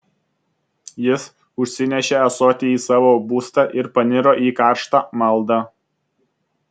jis užsinešė ąsotį į savo būstą ir paniro į karštą maldą